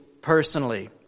personally